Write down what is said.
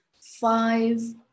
five